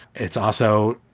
it's also,